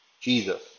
Jesus